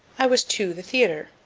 i was to the theater.